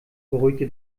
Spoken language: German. beruhigte